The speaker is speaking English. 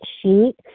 sheet